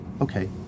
Okay